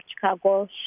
Chicago